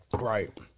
Right